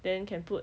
then can put